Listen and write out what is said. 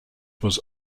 was